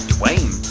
Dwayne